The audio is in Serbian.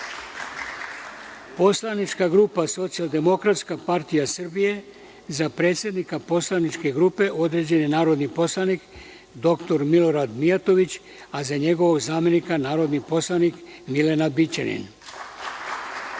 Poslanička grupa Socijaldemokratska partija Srbije – za predsednika poslaničke grupe određen je narodni poslanik dr Milorad Mijatović, a za njegovog zamenika narodni poslanik Milena Bićanin;